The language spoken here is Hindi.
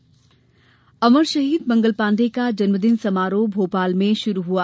मंगल पाण्डे अमर शहीद मंगल पाण्डे का जन्मदिन समारोह भोपाल में शुरू हुआ